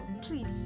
please